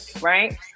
right